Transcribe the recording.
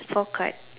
four card